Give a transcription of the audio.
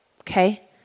Okay